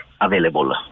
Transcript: available